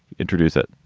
introduce it